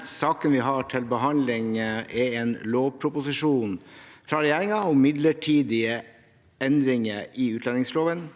Saken vi har til behandling, er en lovproposisjon fra regjeringen om midlertidige endringer i utlendingsloven,